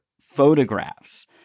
photographs